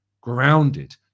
grounded